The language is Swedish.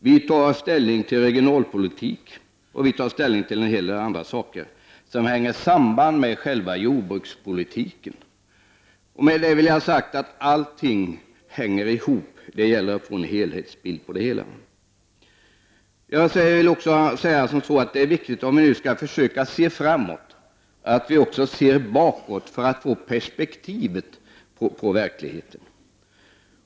Vi tar ställning till regionalpolitik och till en hel del andra saker som hänger samman med själva jordbrukspolitiken. Med detta vill jag ha sagt att allting hänger ihop. Det gäller att se en bild av helheten. Om vi nu skall försöka se framåt är det viktigt att vi också ser bakåt för att få perspektiv på verkligheten.